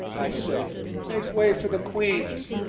i say make way for the queens,